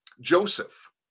Joseph